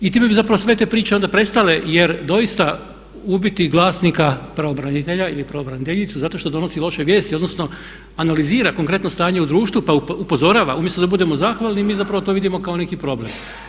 I time bi zapravo sve te priče onda prestale jer doista ubiti glasnika pravobranitelja ili pravobraniteljice zato što donosi loše vijesti, odnosno analizira konkretno stanje u društvu pa upozorava, umjesto da budemo zahvalni mi zapravo to vidimo kao neki problem.